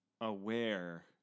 aware